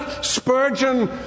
Spurgeon